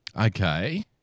Okay